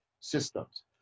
systems